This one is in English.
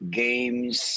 games